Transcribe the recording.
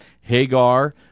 Hagar